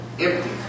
empty